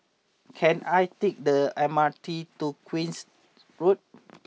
can I take the M R T to Queen's Road